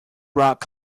rock